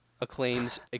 Acclaim's